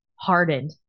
hardened